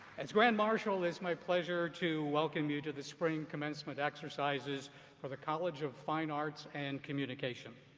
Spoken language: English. as grand marshal it's my pleasure to welcome you to the spring commencement exercises for the college of fine arts and communication.